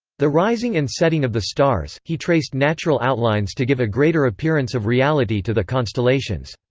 the rising and setting of the stars, he traced natural outlines to give a greater appearance of reality to the constellations.